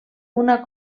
una